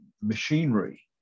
machinery